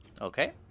Okay